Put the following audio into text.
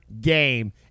game